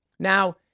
Now